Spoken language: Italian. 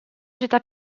città